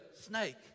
snake